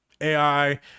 AI